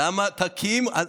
תקימו.